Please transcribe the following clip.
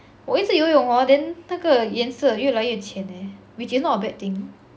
我一直游泳 hor 那个颜色越来越浅的 eh which is not a bad thing